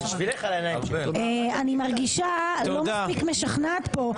אני מרגישה לא מספיק משכנעת פה,